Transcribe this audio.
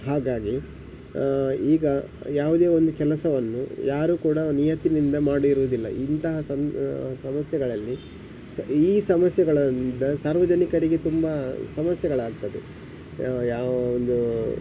ಹಾಗಾಗಿ ಈಗ ಯಾವುದೇ ಒಂದು ಕೆಲಸವನ್ನು ಯಾರು ಕೂಡ ನಿಯತ್ತಿನಿಂದ ಮಾಡಿರೋದಿಲ್ಲ ಇಂತಹ ಸಂದ ಸಮಸ್ಯೆಗಳಲ್ಲಿ ಸ ಈ ಸಮಸ್ಯೆಗಳಿಂದ ಸಾರ್ವಜನಿಕರಿಗೆ ತುಂಬಾ ಸಮಸ್ಯೆಗಳಾಗ್ತದೆ ಯಾವೊಂದು